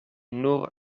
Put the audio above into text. nur